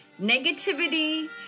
Negativity